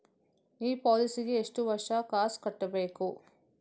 ಈ ಪಾಲಿಸಿಗೆ ಎಷ್ಟು ವರ್ಷ ಕಾಸ್ ಕಟ್ಟಬೇಕು?